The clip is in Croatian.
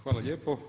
Hvala lijepo.